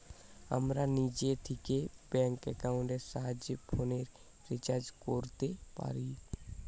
আমরা নিজে থিকে ব্যাঙ্ক একাউন্টের সাহায্যে ফোনের রিচার্জ কোরতে পারি